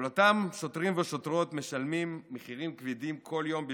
אבל אותם שוטרים ושוטרות משלמים מחירים כבדים כל יום בשבילנו.